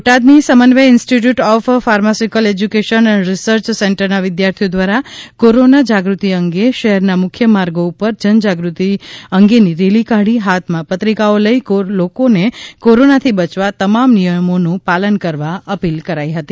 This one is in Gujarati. બોટાદની Samanvay institute of pharmaceutical education and research સેન્ટરના વિદ્યાર્થીઓ દ્વારા કોરોના જાગૃ તિ અગે શહેરના મુખ્ય માર્ગો ઉપર જન જાગૃતિ અંગેની રેલી કાઢી હાથમાં પત્રિકાઓ લઈ લોકોને કોરોનાથી બયવા તમામ નિયમોનું પાલન કરવા અપીલ કરી હતી